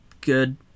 good